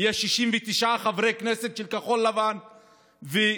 יש 69 חברי כנסת של כחול לבן והליכוד,